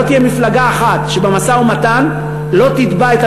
לא תהיה מפלגה אחת שבמשא-ומתן לא תתבע את